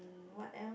um what else